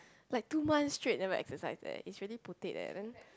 like two months straight never exercise eh is really putate eh then